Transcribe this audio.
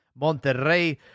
Monterrey